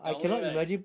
搞胃 right